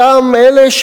אותם אלה,